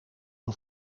een